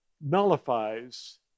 nullifies